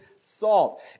salt